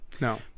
no